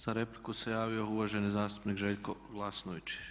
Za repliku se javio uvaženi zastupnik Željko Glasnović.